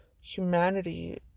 humanity